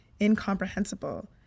incomprehensible